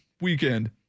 Weekend